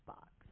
Box